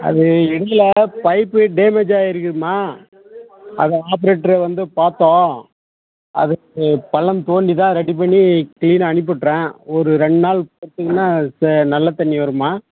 அது எண்டில் pipe damage ஆகியிருக்குதுமா அதை ஆப்ரேட்டரு வந்து பார்த்தோம் அதுக்கு பள்ளம் தோண்டி தான் ரெடி பண்ணி க்ளீனாக அனுப்பிட்றேன் ஒரு ரெண்டு நாள் பொறுத்தீங்கன்னா நல்ல தண்ணி வரும்மா